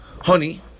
honey